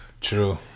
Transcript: True